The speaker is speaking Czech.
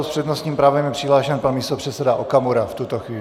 S přednostním právem je přihlášen pan místopředseda Okamura v tuto chvíli.